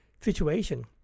situation